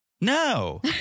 No